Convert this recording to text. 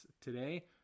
today